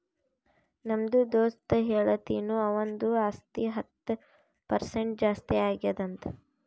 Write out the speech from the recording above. ನಮ್ದು ದೋಸ್ತ ಹೇಳತಿನು ಅವಂದು ಆಸ್ತಿ ಹತ್ತ್ ಪರ್ಸೆಂಟ್ ಜಾಸ್ತಿ ಆಗ್ಯಾದ್ ಅಂತ್